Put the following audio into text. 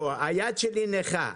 היד שלי נכה,